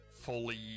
fully